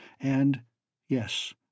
and—yes